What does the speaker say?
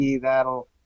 That'll